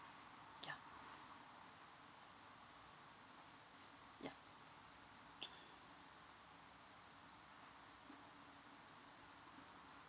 ya ya